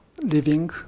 living